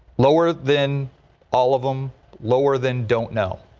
lower then all of them lower than don't know.